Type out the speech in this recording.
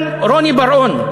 ועלה לכאן רוני בר-און,